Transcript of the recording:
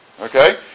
Okay